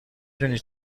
دونی